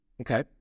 Okay